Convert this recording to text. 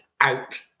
out